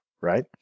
right